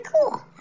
cool